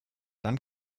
dann